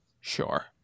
sure